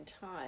time